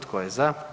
Tko je za?